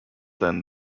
then